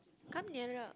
come nearer